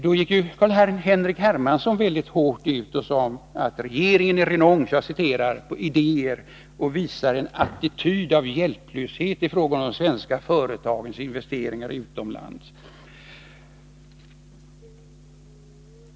Då gick Carl-Henrik Hermansson ut mycket hårt och sade att regeringen är renons på idéer och visar en attityd av hjälplöshet i fråga om de svenska företagens investeringar utomlands.